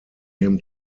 him